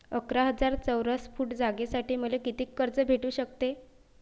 अकरा हजार चौरस फुट जागेसाठी मले कितीक कर्ज भेटू शकते?